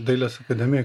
dailės akademijoj